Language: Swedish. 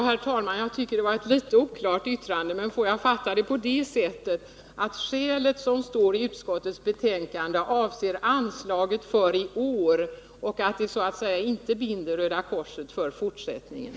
Herr talman! Jag tycker att det var ett rätt oklart yttrande, men får jag fatta det på det sättet att det skäl som anges i utskottets betänkande avser anslaget för i år, så att det så att säga inte binder Röda korset i framtiden?